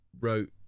wrote